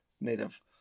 native